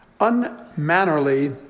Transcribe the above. unmannerly